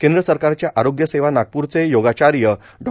केंद्र सरकारच्या आरोग्य सेवा नागपूरचे योगाचार्य डॉ